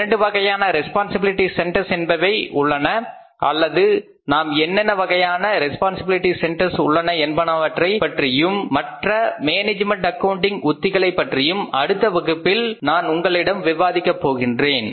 இரண்டு வகையான responsibility centres என்பவை உள்ளன அல்லது நாம் என்னென்ன வகையான ரெஸ்பான்சிபிலிட்டி சென்ட்டர்ஸ் உள்ளன என்பனவற்றையும் மற்றும் மற்ற மேனேஜ்மெண்ட் அக்கவுண்டிங் உத்திகளைப் பற்றியும் அடுத்த வகுப்பில் நான் உங்களிடம் விவாதிக்க போகின்றேன்